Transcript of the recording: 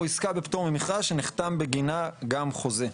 או עסקה בפטור ממכרז שנחתם בגינה גם חוזה.